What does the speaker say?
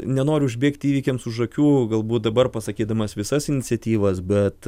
nenoriu užbėgti įvykiams už akių galbūt dabar pasakydamas visas iniciatyvas bet